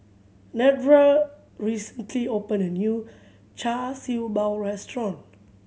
Nedra recently opened a new Char Siew Bao restaurant